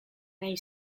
nahi